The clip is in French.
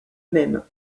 même